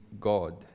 god